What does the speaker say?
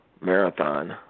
marathon